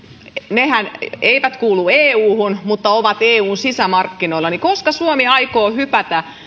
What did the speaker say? nehän eivät kuulu euhun mutta ovat eun sisämarkkinoilla koska suomi aikoo hypätä